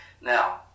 Now